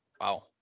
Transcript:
Wow